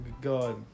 God